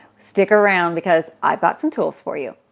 stick around because i've got some tools for you.